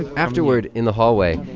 afterward in the hallway,